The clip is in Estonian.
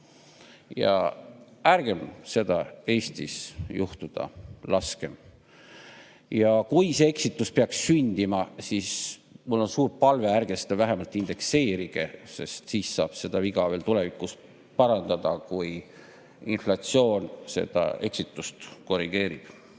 Ärgem seda Eestis juhtuda laskem. Ja kui see eksitus peaks sündima, siis mul on suur palve: ärge seda vähemalt indekseerige, sest siis saab seda viga veel tulevikus parandada, kui inflatsioon seda eksitust korrigeerib.